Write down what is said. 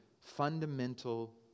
fundamental